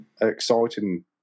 exciting